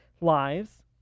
lives